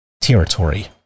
territory